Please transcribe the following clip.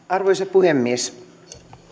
arvoisa puhemies